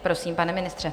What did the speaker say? Prosím, pane ministře.